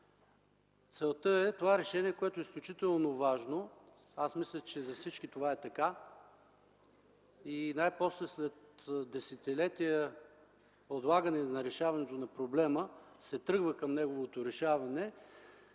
Целта е (това решение е изключително важно, мисля, че за всички това е така; най-после след десетилетия отлагане на решаването на проблема се тръгва към неговото решаване)